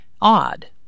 Odd